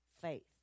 faith